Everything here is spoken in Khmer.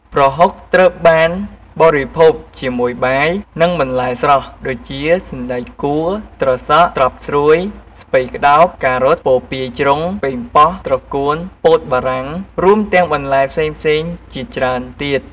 ប្រហុកត្រូវបានបរិភោគជាមួយបាយ និងបន្លែស្រស់ ដូចជា សណ្ដែកគួរ ត្រសក់ ត្រប់ស្រួយ ស្ពៃក្ដោប ការ៉ុត ពពាយជ្រុង ប៉េងប៉ោះ ត្រកួន ពោតបារាំង រួមទាំងបន្លែផ្សេងៗជាច្រើនទៀត។